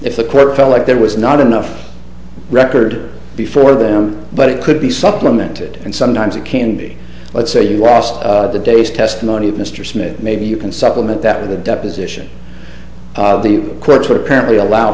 if the credit felt like there was not enough record before them but it could be supplemented and sometimes it can be let's say you lost the day's testimony of mr smith maybe you can supplement that with the deposition of the quotes that apparently allow